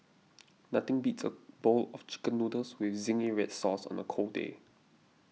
nothing beats a bowl of Chicken Noodles with Zingy Red Sauce on the cold day